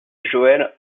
joëlle